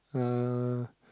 uh